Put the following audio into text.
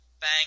bang